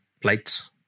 plates